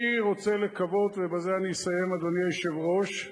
אני רוצה לקוות, ובזה אני אסיים, אדוני היושב-ראש,